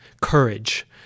courage